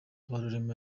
habarurema